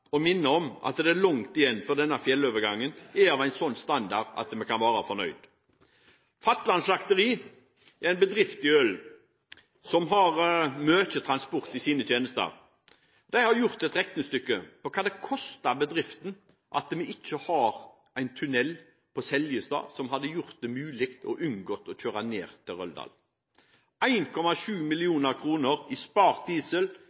å minne om at det er langt igjen før denne fjellovergangen er av en slik standard at vi kan være fornøyd. Fatland slakteri er en bedrift i Ølen som har mye transport i sine tjenester. De har gjort et regnestykke på hva det koster bedriften at vi ikke har en tunnel på Seljestad, som hadde gjort det mulig å unngå å kjøre ned til Røldal. 1,7 mill. kr spart i diesel,